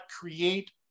create